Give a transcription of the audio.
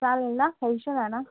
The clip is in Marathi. चालेल ना काही इश्यू नाही ना